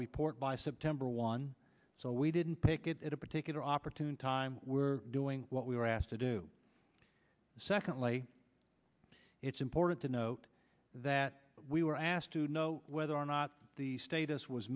report by september one so we didn't pick it at a particular opportune time we're doing what we were asked to do and secondly it's important to note that we were asked to know whether or not the status was